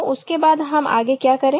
तो उसके बाद हम आगे क्या करें